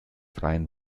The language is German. freien